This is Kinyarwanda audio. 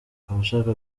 abashaka